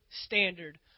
standard